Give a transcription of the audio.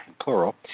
plural